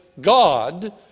God